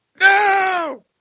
No